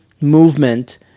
movement